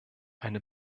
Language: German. eine